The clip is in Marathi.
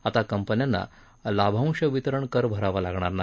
आता कंपन्यांना लाभांश वितरण कर भरावा लागणार नाही